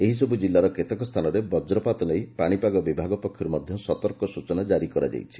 ଏହିସବୁ ଜିଲ୍ଲାର କେତେକ ସ୍ଚାନରେ ବଜ୍ରପାତ ନେଇ ପାଶିପାଗ ବିଭାଗ ପକ୍ଷରୁ ସତର୍କ ସୂଚନା କାରି କରାଯାଇଛି